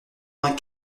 vingt